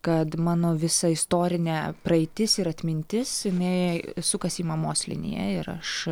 kad mano visa istorinė praeitis ir atmintis jinai sukasi į mamos liniją ir aš